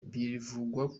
bivugwa